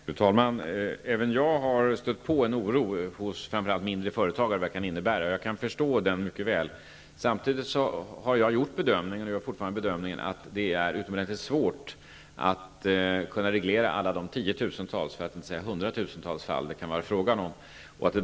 Fru talman! Även jag har stött på en oro hos framför allt mindre företagare. Jag kan mycket väl förstå den. Samtidigt har jag gjort den bedömningen, och gör det fortfarande, att det är utomordentligt svårt att reglera alla de tiotusentals, för att inte säga hundratusentals, fall det kan vara frågan om.